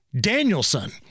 Danielson